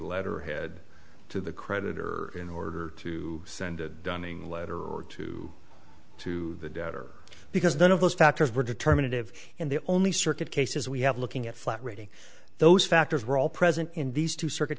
letterhead to the creditor in order to send a dunning letter or two to the debtor because none of those factors were determinative in the only circuit cases we have looking at flat rating those factors were all present in these two circuit